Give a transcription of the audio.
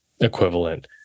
equivalent